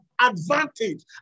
advantage